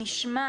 נשמע